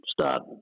start